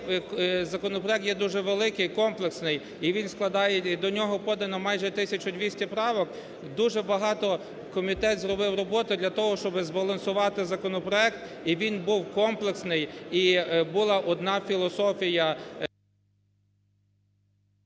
законопроект є дуже великий, комплексний і він складається, і до нього подано майже тисяча двісті правок, дуже багато комітет зробив роботи для того, щоб збалансувати законопроект і він був комплексний. І була одна філософія…